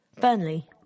Burnley